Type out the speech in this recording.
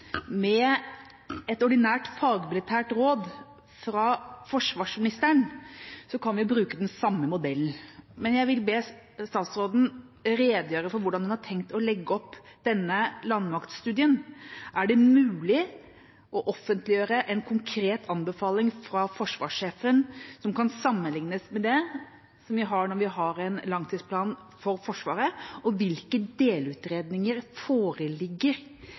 med et ordinært fagmilitært råd fra forsvarsministeren, så kan vi bruke den samme modellen. Men jeg vil be statsråden redegjøre for hvordan hun har tenkt å legge opp denne landmaktstudien. Er det mulig å offentliggjøre en konkret anbefaling fra forsvarssjefen, som kan sammenlignes med det som vi har når vi har en langtidsplan for Forsvaret? Og hvilke delutredninger foreligger?